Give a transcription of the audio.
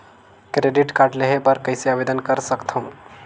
Credit card लेहे बर कइसे आवेदन कर सकथव?